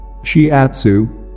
Shiatsu